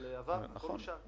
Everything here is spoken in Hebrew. נכון.